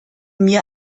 mir